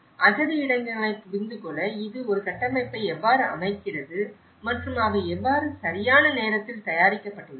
அகதி இடங்களைப் புரிந்துகொள்ள இது ஒரு கட்டமைப்பை எவ்வாறு அமைக்கிறது மற்றும் அவை எவ்வாறு சரியான நேரத்தில் தயாரிக்கப்பட்டுள்ளன